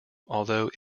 although